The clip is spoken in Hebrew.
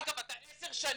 אגב, אתה עשר שנים,